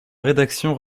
rédaction